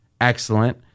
excellent